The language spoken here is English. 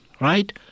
Right